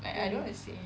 mmhmm